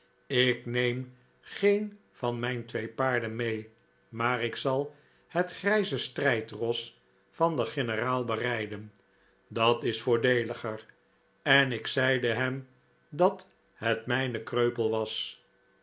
ik neem geen van mijn twee paarden mee maar ik zal het grijze strijdros van den generaal berijden dat is voordeeliger en ik zeide hem dat het mijne kreupel was